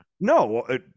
no